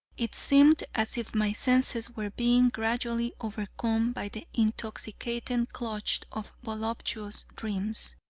it seemed as if my senses were being gradually overcome by the intoxicating clutch of voluptuous dreams.